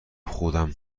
خودم